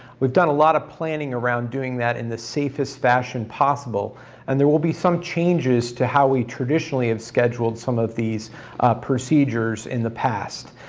we've done a lot of planning around doing that in the safest fashion possible and there will be some changes to how we traditionally have scheduled some of these procedures in the past.